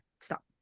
stop